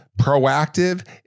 Proactive